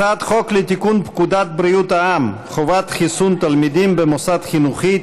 הצעת חוק לתיקון פקודת בריאות העם (חובת חיסון תלמידים במוסד חינוכי),